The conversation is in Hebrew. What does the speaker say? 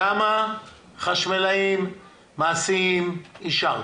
כמה טכנאי תמיכה בטכנולוגיות המידע אישרת?